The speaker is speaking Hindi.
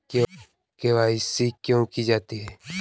के.वाई.सी क्यों की जाती है?